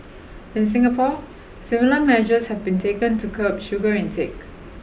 in Singapore similar measures have been taken to curb sugar intake